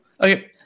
Okay